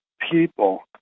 people